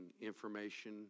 information